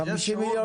מכלל הייבוא.